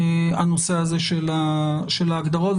הנושא הזה של ההגדרות,